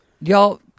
Y'all